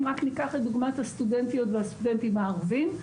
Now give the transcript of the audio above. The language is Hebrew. אם רק ניקח לדוגמא את הסטודנטים והסטודנטיות הערבים,